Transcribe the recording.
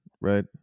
right